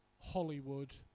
Hollywood